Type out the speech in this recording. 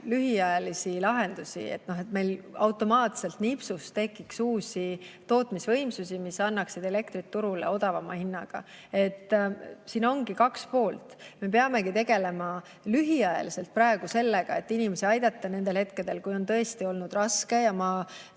lühiajalisi lahendusi, et meil nipsust automaatselt tekiks uusi tootmisvõimsusi, mis annaksid elektrit turule odavama hinnaga. Siin ongi kaks poolt. Me peamegi praegu tegelema lühiajaliselt sellega, et inimesi aidata nendel hetkedel, kui on tõesti olnud raske. Ma